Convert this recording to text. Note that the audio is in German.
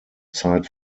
zeit